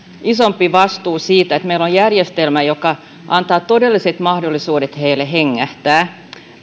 isompi vastuu siitä että meillä on järjestelmä joka antaa todelliset mahdollisuudet heille hengähtää